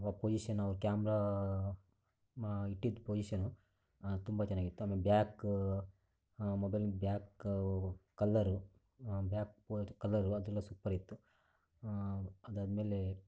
ಆ ಪೊಸಿಷನ್ನು ಅವ್ರ ಕ್ಯಾಮ್ರಾ ಇಟ್ಟಿದ್ದ ಪೊಸಿಷನ್ನು ತುಂಬ ಚೆನ್ನಾಗಿತ್ತು ಆಮೇಲೆ ಬ್ಯಾಕ್ ಮೊಬೈಲಿಂದು ಬ್ಯಾಕ್ ಕವ್ ಕಲ್ಲರು ಬ್ಯಾಕ್ ಅದು ಕಲ್ಲರು ಅದೆಲ್ಲ ಸೂಪರ್ ಇತ್ತು ಅದಾದ್ಮೇಲೆ